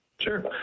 Sure